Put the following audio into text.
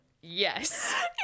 Yes